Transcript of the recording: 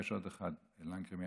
אולי יש עוד אחד, מעכו,